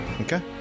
Okay